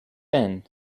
thin